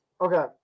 Okay